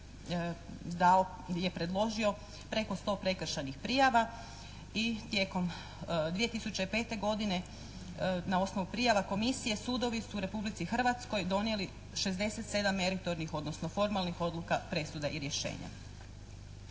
dao, je predložio preko 100 prekršajnih prijava i tijekom 2005. godine na osnovu prijava Komisije sudovi su u Republici Hrvatskoj donijeli 67 meritornih, odnosno formalnih odluka presuda i rješenja.